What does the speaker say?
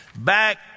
back